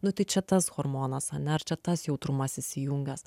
nu tai čia tas hormonas ane ar čia tas jautrumas įsijungęs